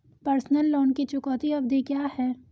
Personal loan की चुकौती अवधि क्या है?